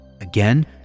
Again